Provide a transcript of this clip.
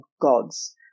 gods